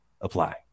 apply